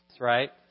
right